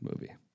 movie